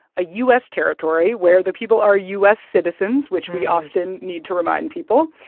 a u s. territory, where the people are u s. citizens, which we often need to remind people.